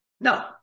No